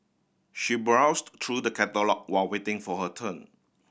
she browsed through the catalogue while waiting for her turn